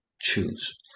choose